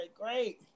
great